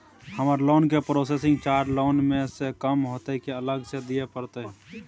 हमर लोन के processing charge loan म स कम होतै की अलग स दिए परतै?